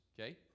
Okay